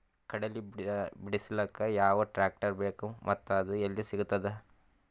ಕಡಲಿ ಬಿಡಿಸಲಕ ಯಾವ ಟ್ರಾಕ್ಟರ್ ಬೇಕ ಮತ್ತ ಅದು ಯಲ್ಲಿ ಸಿಗತದ?